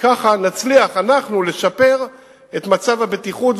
כך נצליח אנחנו לשפר את מצב הבטיחות.